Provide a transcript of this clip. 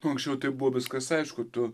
anksčiau tai buvo viskas aišku tu